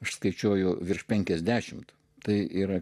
aš skaičiuoju virš penkiasdešimt tai yra